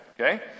okay